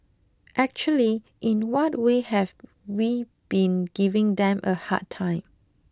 actually in what way have we been giving them a hard time